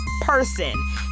person